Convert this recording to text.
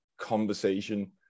conversation